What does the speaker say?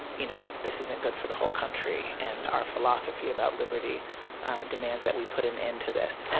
you know what? this isn't good for the whole country, and our philosophy about liberty demands that we put an end to this.